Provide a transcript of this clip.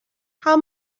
how